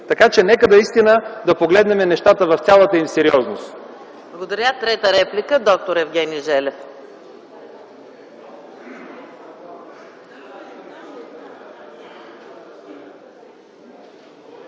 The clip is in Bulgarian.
Така че, нека да погледнем нещата в цялата им сериозност!